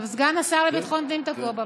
גם סגן השר לביטחון הפנים תקוע בפקק.